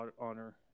honor